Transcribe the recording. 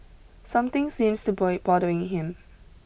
something seems to bothering him